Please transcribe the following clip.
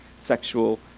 sexual